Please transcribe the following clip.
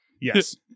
Yes